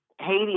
Haiti